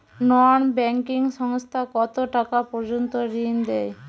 নন banking সংস্থা কতটাকা পর্যন্ত ঋণ দেয়?